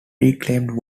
reclaimed